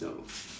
oh